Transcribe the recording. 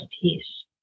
peace